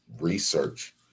research